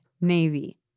navy